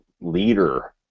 leader